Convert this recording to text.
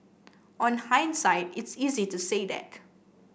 on hindsight it's easy to say that